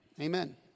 Amen